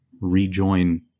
rejoin